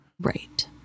Right